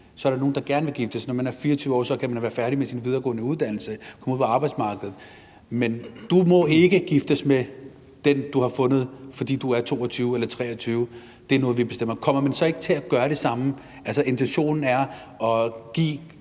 så er nogle, der gerne vil giftes, må de ikke? Når man er 24 år, kan man være færdig med sin videregående uddannelse og komme ud på arbejdsmarkedet. Men du må ikke blive gift med den, du har fundet, fordi du er 22 eller 23 år, og det er noget, vi bestemmer. Kommer man så ikke til at gøre det samme? Altså, intentionen er at give